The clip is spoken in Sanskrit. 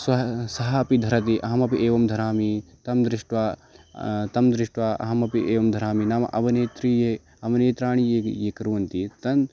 सः सः अपि धरति अहमपि एवं धरामि तं दृष्ट्वा तं दृष्ट्वा अहमपि एवं धरामि नाम अवनेत्री ये अवनेत्राणि ये ये कुर्वन्ति ते